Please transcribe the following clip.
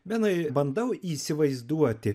benai bandau įsivaizduoti